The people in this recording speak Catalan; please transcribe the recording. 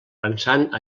pensant